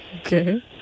Okay